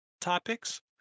topics